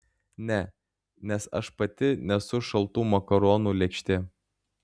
ne nes aš pati nesu šaltų makaronų lėkštė